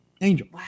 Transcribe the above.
Angel